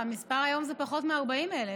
המספר היום זה פחות מ-40,000.